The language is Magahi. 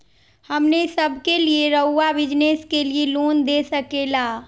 हमने सब के लिए रहुआ बिजनेस के लिए लोन दे सके ला?